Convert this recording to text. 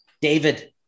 David